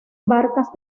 barcas